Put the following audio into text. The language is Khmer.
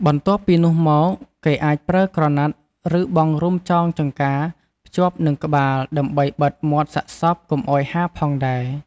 បន្ទាប់ពីនោះមកគេអាចប្រើក្រណាត់ ឬបង់រុំចងចង្កាភ្ជាប់នឹងក្បាលដើម្បីបិទមាត់សាកសពកុំឱ្យហាផងដែរ។